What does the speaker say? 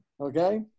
Okay